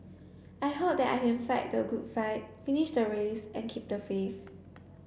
I hope that I can fight the good fight finish the race and keep the faith